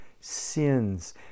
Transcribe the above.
sins